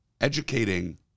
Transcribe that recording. educating